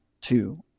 two